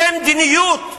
זאת מדיניות.